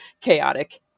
chaotic